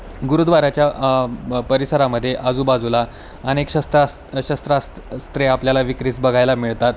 गुरुद्वाऱ्याच्या ब परिसरामध्ये आजूबाजूला अनेक शस्त्रास्त्र शस्त्रा स्त्रे आपल्याला विक्रीस बघायला मिळतात